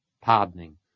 pardoning